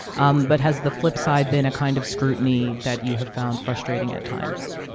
um but has the flip side been a kind of scrutiny that you have found frustrating at times?